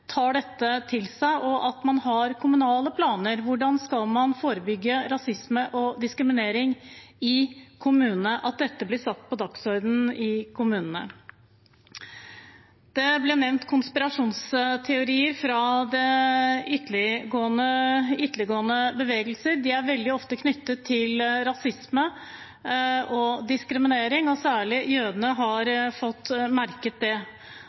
diskriminering i kommunene, og at dette blir satt på dagsordenen i kommunene. Det ble nevnt konspirasjonsteorier fra ytterliggående bevegelser. De er veldig ofte knyttet til rasisme og diskriminering, og særlig har jødene fått merke det.